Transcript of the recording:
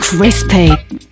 Crispy